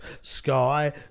Sky